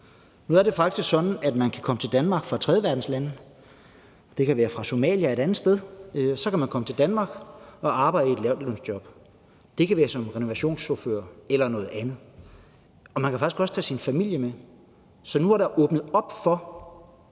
Nu er det faktisk sådan, at man kan komme til Danmark fra tredjeverdenslande – det kan være fra Somalia eller et andet sted – og arbejde i et lavtlønsjob. Det kan være som renovationschauffør eller noget andet. Og man kan faktisk også tage sin familie med. Så nu er der åbnet for,